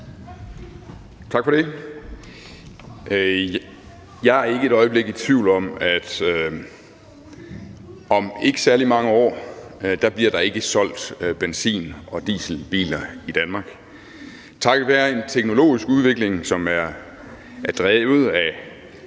Tak for det. Jeg er ikke et øjeblik i tvivl om, at om ikke særlig mange år bliver der ikke solgt benzin- og dieselbiler i Danmark takket være en teknologisk udvikling, som er drevet af